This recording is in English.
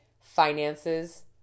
finances